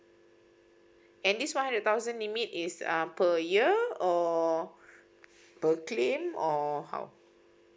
and this one hundred thousand limit is um per year or per claim or how